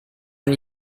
and